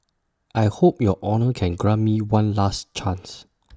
I hope your honour can grant me one last chance